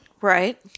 Right